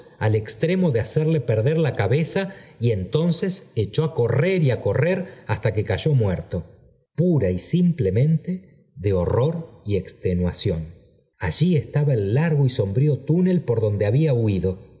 al extremo de hacerle perder la cabeza y entonces echó á correr y á correr hasta que cayó muerto pura y simplemente de horror y extenuación allí estaba el largo y sombrío túnel por donde había huido